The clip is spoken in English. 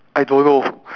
I don't know